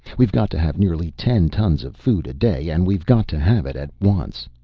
we've got to have nearly ten tons of food a day, and we've got to have it at once.